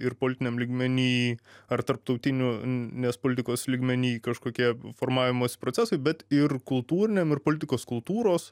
ir politiniam lygmeny ar tarptautiniu nes politikos lygmeny kažkokie formavimosi procesai bet ir kultūriniam ir politikos kultūros